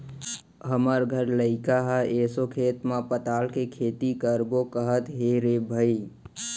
हमर घर लइका ह एसो खेत म पताल के खेती करबो कहत हे रे भई